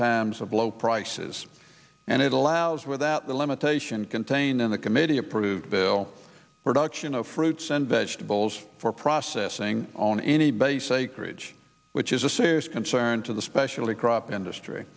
times of low prices and it allows with that limitation contained in the committee approved the production of fruits and vegetables for processing on any base a courage which is a serious concern to the specially crop industry